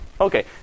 Okay